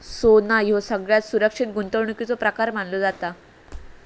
सोना ह्यो सगळ्यात सुरक्षित गुंतवणुकीचो प्रकार मानलो जाता